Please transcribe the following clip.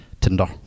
Tinder